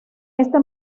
este